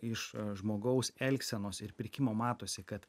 iš žmogaus elgsenos ir pirkimo matosi kad